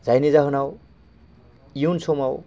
जायनि जाहोनाव इयुन समाव